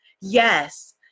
Yes